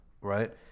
right